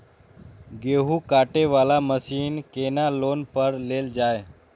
गेहूँ काटे वाला मशीन केना लोन पर लेल जाय?